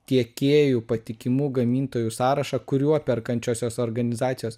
tiekėjų patikimų gamintojų sąrašą kuriuo perkančiosios organizacijos